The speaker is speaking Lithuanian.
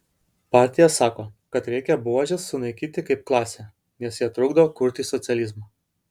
partija sako kad reikia buožes sunaikinti kaip klasę nes jie trukdo kurti socializmą